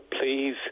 please